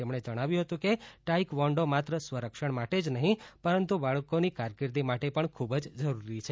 તેમણે જણાવ્યું હતું કે ટાઈકર્વોન્ડો માત્ર સ્વરક્ષણ માટે જ નહી પરંતુ બાળકોના કેરીયર માટે પણ ખુબજ જરૂરી છે